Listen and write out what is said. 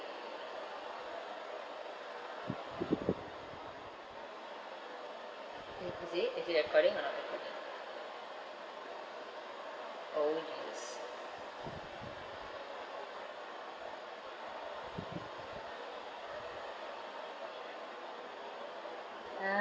i~ is it is it recording or not oh dears